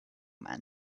man